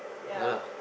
ya